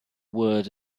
word